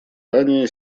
ранее